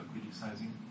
criticizing